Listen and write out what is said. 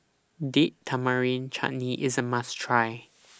Date Tamarind Chutney IS A must Try